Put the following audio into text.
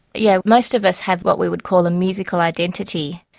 yeah most of us have what we would call a musical identity,